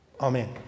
Amen